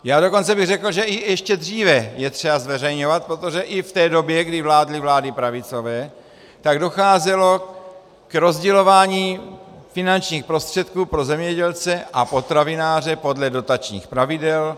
Já bych dokonce řekl, že ještě i dříve je třeba zveřejňovat, protože i v době, kdy vládly vlády pravicové, tak docházelo k rozdělování finančních prostředků pro zemědělce a potravináře podle dotačních pravidel.